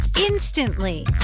Instantly